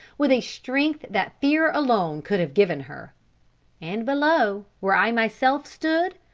with a strength that fear alone could have given her and below, where i myself stood,